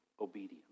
obedience